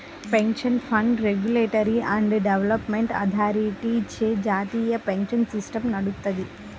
pension fund regulatory and development అథారిటీచే జాతీయ pension system నడుత్తది